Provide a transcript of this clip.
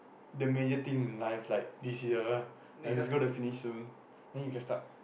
the major thing in life like this year like it's gona finish soon then you can start